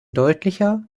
deutlicher